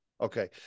Okay